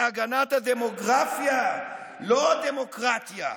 להגנת הדמוגרפיה, לא הדמוקרטיה.